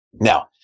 Now